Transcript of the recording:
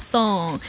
Song 。